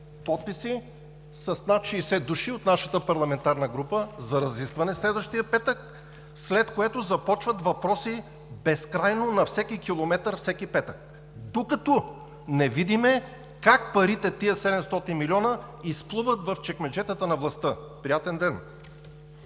подписи на над 60 души от нашата парламентарна група за разискване следващия петък, след което започват въпроси – безкрайно, на всеки километър, всеки петък, докато не видим как парите – тези 700 милиона, изплуват в чекмеджетата на властта. Приятен ден!